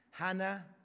Hannah